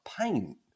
paint